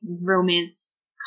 romance